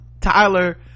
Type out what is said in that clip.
tyler